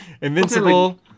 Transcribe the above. Invincible